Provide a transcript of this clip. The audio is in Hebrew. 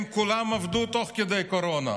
הם כולם עבדו תוך כדי קורונה.